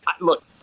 look